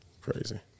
Crazy